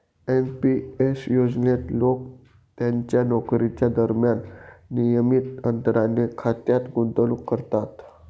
NP S योजनेत लोक त्यांच्या नोकरीच्या दरम्यान नियमित अंतराने खात्यात गुंतवणूक करतात